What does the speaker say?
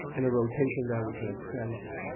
in a rotation that we kind of cleanse it and